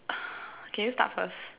can you start first